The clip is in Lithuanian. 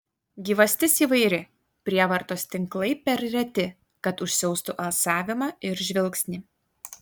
gyvastis įvairi prievartos tinklai per reti kad užsiaustų alsavimą ir žvilgsnį